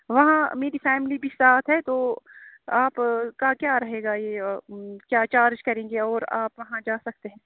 وہاں میری فیملی بھی ساتھ ہے تو آپ کا کیا رہے گا یہ کیا چارج کریں گے اور آپ وہاں جا سکتے ہیں